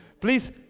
Please